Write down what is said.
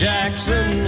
Jackson